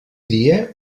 dia